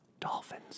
Dolphins